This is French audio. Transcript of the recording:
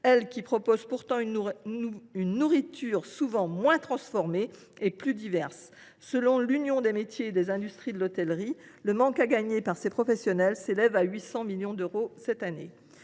qui proposent pourtant une nourriture souvent moins transformée et plus diverse. Selon l’Union des métiers et des industries de l’hôtellerie (Umih), le manque à gagner pour ces professionnels s’élève à 800 millions d’euros cette année.